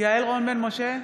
יעל רון בן משה,